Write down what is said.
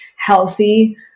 healthy